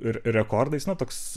ir rekordais na toks